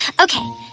Okay